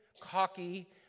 cocky